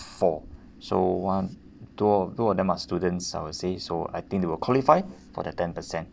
four so one two of two of them are students I would say so I think they will qualify for that ten percent